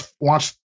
watch